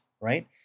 right